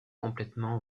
complètement